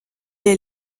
est